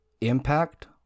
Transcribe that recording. impact